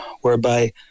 whereby